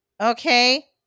okay